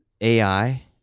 AI